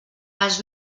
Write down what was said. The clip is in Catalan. els